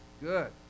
Good